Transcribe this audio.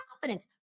confidence